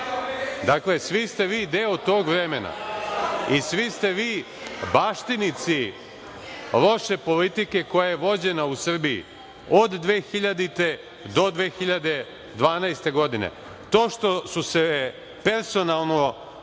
svi ste vi deo tog vremena i svi ste vi baštinici loše politike koja je vođena u Srbiji od 2000. godine do 2012. godine. To što su se personalno promenili